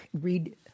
read